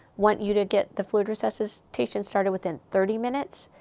want you to get the fluid resuscitation started within thirty minutes.